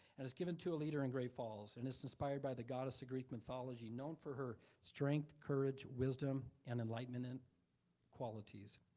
is given to a leader in great falls and it's inspired by the goddess of greek mythology known for her strength, courage, wisdom, and enlightenment qualities.